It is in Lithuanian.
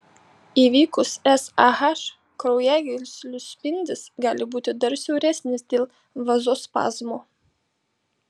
įvykus sah kraujagyslių spindis gali būti dar siauresnis dėl vazospazmo